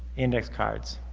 index cards.